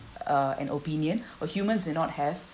uh an opinion or humans need not have